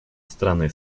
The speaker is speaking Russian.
страны